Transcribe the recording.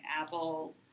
Apple